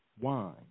wine